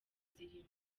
zirimo